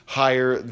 higher